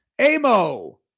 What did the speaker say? amo